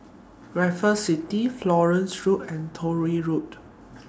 Raffles City Florence Road and Truro Road